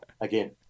again